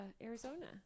Arizona